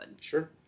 Sure